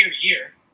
year